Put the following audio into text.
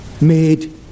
made